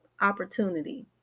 opportunity